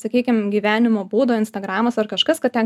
sakykim gyvenimo būdo instagramas ar kažkas kad ten